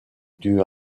dut